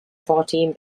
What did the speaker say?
fourteen